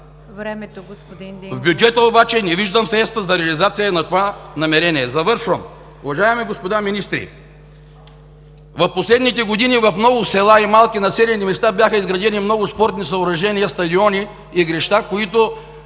В бюджета обаче не виждам средства за реализация на това намерение. Завършвам – уважаеми господа министри, в последните години в много села и малки населени места бяха изградени много спортни съоръжения, стадиони, игрища, които